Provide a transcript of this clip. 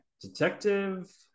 Detective